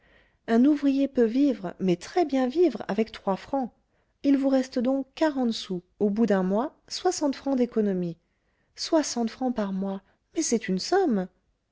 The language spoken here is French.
un ouvrier peut vivre mais très-bien vivre avec trois francs il vous reste donc quarante sous au bout d'un mois soixante francs d'économie soixante francs par mois mais c'est une somme